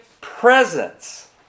presence